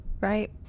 right